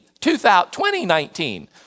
2019